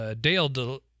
Dale